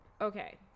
Okay